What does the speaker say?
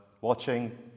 watching